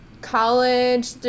College